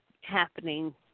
happening